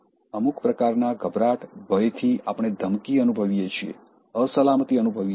અમુક પ્રકારના ગભરાટ ભયથી આપણે ધમકી અનુભવીએ છીએ અસલામતી અનુભવીએ છીએ